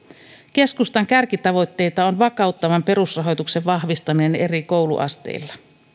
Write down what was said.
keskustan kärkitavoitteita on vakauttavan perusrahoituksen vahvistaminen eri kouluasteilla